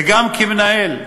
וגם כמנהל,